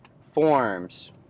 forms